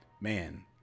man